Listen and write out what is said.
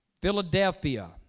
Philadelphia